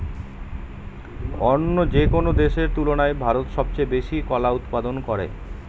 অন্য যেকোনো দেশের তুলনায় ভারত সবচেয়ে বেশি কলা উৎপাদন করে